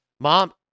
mom